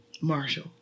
Marshall